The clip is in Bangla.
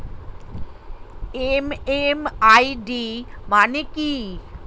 এম.এম.আই.ডি মানে কি?